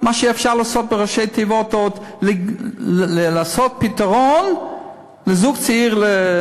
מה שאפשר לעשות בראשי תיבות עוד כדי לעשות פתרון דיור לזוג צעיר.